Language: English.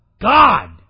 God